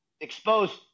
exposed